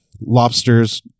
lobsters